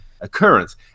occurrence